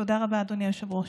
תודה רבה, אדוני היושב-ראש.